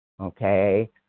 okay